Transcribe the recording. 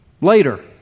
later